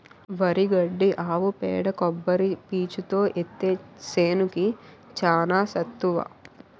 వరి గడ్డి ఆవు పేడ కొబ్బరి పీసుతో ఏత్తే సేనుకి చానా సత్తువ